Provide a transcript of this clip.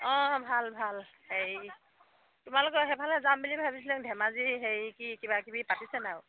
অঁ ভাল ভাল হেৰি তোমালোকৰ সেইফালে যাম বুলি ভাবিছিলে ধেমাজি হেৰি কি কিবা কিবি পাতিছে ন আৰু